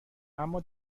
اما